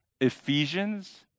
Ephesians